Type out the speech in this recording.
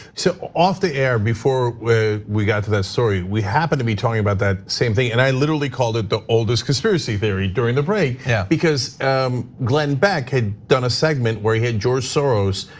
so off the air before we got to that story, we happen to be talking about that same thing. and i literally called it the oldest conspiracy theory during the break. yeah. because glenn beck had done a segment where he had george soros.